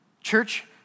Church